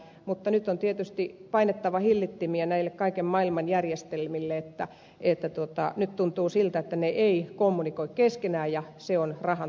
mutta nyt on tietysti painettava hillittimiä näille kaiken maailman järjestelmille tuntuu siltä että ne eivät kommunikoi keskenään ja se on rahan tuhlausta